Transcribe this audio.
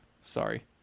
Sorry